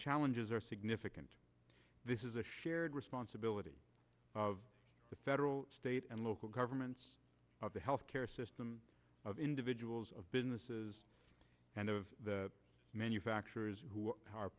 challenges are significant this is a shared responsibility of the federal state and local governments of the health care system of individuals of businesses and of the manufacturers who are